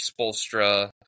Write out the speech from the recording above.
Spolstra